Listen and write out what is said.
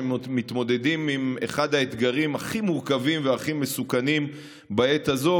שמתמודדים עם אחד האתגרים הכי מורכבים והכי מסוכנים בעת הזו,